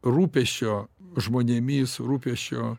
rūpesčio žmonėmis rūpesčio